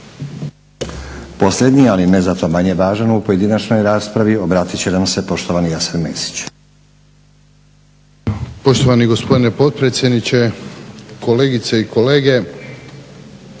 Posljednji ali ne zato manje važan u pojedinačnoj raspravi obratit će nam se poštovani Jasen Mesić.